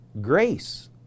grace